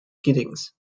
giddings